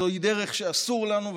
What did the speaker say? זו היא דרך שאסורה לנו,